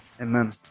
amen